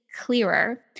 clearer